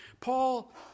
Paul